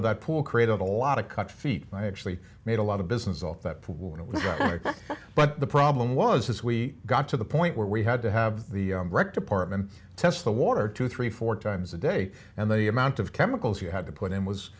of that pool created a lot of cut feet and i actually made a lot of business off that when it was ok but the problem was as we got to the point where we had to have the wreck department test the water two three four times a day and the amount of chemicals you had to put in was